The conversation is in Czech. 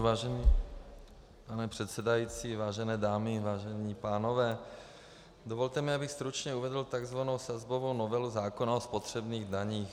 Vážený pane předsedající, vážené dámy, vážení pánové, dovolte mi, abych stručně uvedl tzv. sazbovou novelu zákona o spotřebních daních.